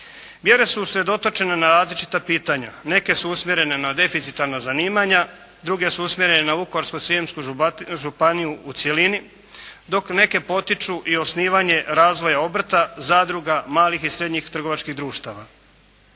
Mjere su usredotočene na različita pitanja. Neke su usmjerene na deficitarna zanimanja, druge su usmjerene na Vukovarsko-srijemsku županiju u cjelini, dok neke potiču i osnivanje razvoja obrta, zadruga, malih i srednjih trgovačkih društava.